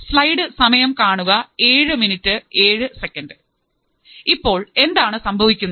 slide സമയം കാണുക 0707 ഇപ്പോൾ എന്താണ് സംഭവിക്കുന്നത്